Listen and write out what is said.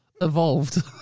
evolved